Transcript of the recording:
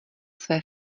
své